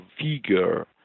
figure